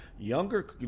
younger